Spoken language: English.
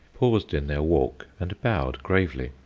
paused in their walk, and bowed gravely,